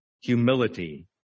humility